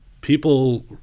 people